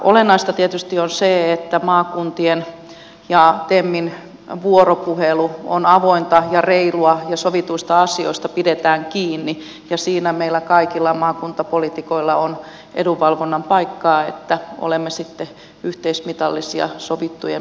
olennaista tietysti on se että maakuntien ja temin vuoropuhelu on avointa ja reilua ja sovituista asioista pidetään kiinni ja siinä meillä kaikilla maakuntapoliitikoilla on edunvalvonnan paikka että olemme sitten yhteismitallisia sovittujen pelisääntöjen osalta